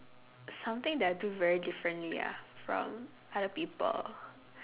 something that I do very differently ah from other people